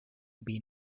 been